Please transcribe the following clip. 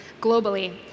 globally